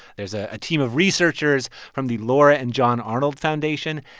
there's a team of researchers from the laura and john arnold foundation.